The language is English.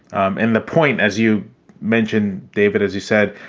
um and the point, as you mentioned, david, as you said,